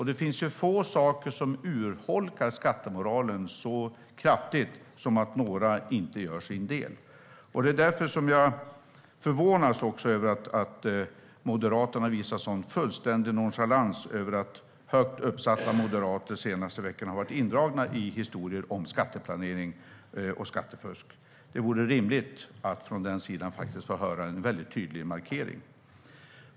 Det finns få saker som urholkar skattemoralen så kraftigt som att några inte gör sin del, och det är därför som jag förvånas över att Moderaterna visar en sådan fullständig nonchalans över att högt uppsatta moderater de senaste veckorna har varit indragna i historier om skatteplanering och skattefusk. Det vore rimligt att från den sidan få höra en väldigt tydlig markering.